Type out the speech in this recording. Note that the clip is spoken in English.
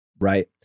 right